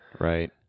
Right